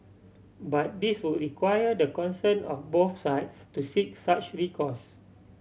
but this would require the consent of both sides to seek such recourse